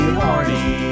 horny